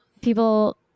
people –